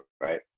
right